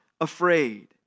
afraid